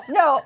no